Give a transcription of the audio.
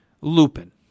Lupin